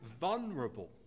vulnerable